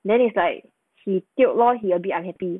then it's like she tiok lor she's a bit unhappy